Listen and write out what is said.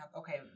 okay